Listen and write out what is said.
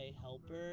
helper